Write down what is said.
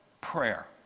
prayer